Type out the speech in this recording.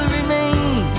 remain